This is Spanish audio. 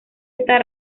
esta